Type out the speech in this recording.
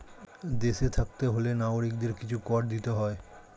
দেশে থাকতে হলে নাগরিকদের কিছু কর দিতে হয়